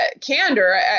candor